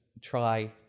try